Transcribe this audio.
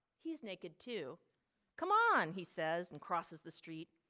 he's naked to come on, he says and crosses the street.